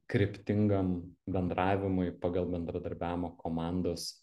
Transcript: kryptingam bendravimui pagal bendradarbiavimo komandos